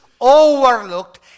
overlooked